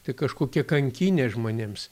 tai kažkokia kankynė žmonėms